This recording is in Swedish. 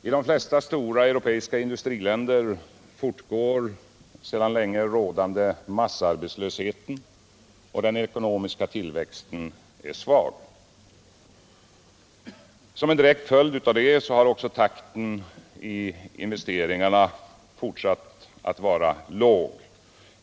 I de flesta stora europeiska industriländer fortgår den sedan länge rådande massarbetslösheten, och den ekonomiska tillväxten är svag. Som en direkt följd av det har också takten i investeringarna fortsatt att vara låg.